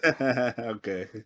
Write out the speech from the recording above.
okay